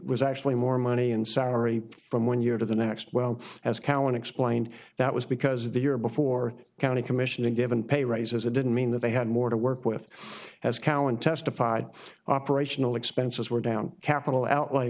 was actually more money in salary from one year to the next well as callen explained that was because the year before the county commission given pay raises it didn't mean that they had more to work with as cowen testified operational expenses were down capital outlay